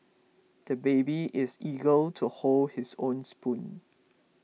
the baby is eager to hold his own spoon